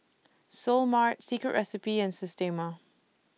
Seoul Mart Secret Recipe and Systema